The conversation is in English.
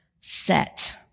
set